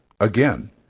again